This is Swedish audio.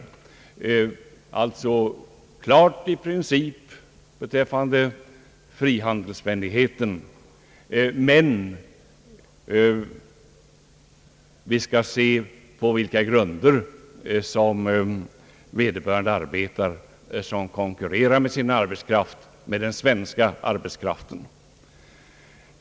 Det är alltså klart i princip beträffande frihandelsvänligheten, men vi skall se på vilka villkor vederbörande arbetar, som med sin arbetskraft konkurrerar med den svenska arbetskraften.